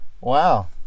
Wow